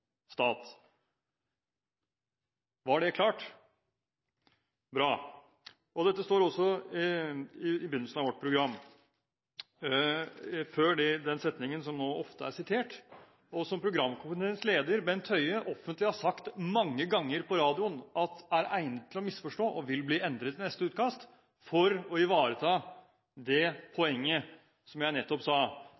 Var det klart? Bra! Dette står det også noe om i begynnelsen av vårt program, før den setningen som ofte er sitert, og som programkomiteens leder, Bent Høie, har sagt offentlig – mange ganger på radioen – at er egnet til å misforstå, og som vil bli endret i neste utkast for å ivareta det